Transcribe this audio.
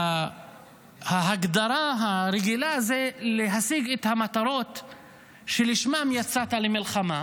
ההגדרה הרגילה היא להשיג את המטרות שלשמן יצאת למלחמה.